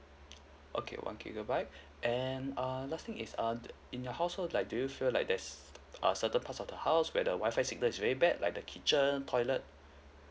okay one gigabyte and err last thing is um in your household like do you feel like there's a certain parts of the house where the Wi-Fi signal is very bad like the kitchen toilet